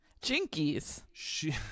Jinkies